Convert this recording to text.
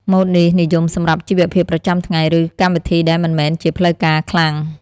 ម៉ូតនេះនិយមសម្រាប់ជីវភាពប្រចាំថ្ងៃ ឬកម្មវិធីដែលមិនមែនជាផ្លូវការខ្លាំង។